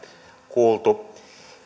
kuultu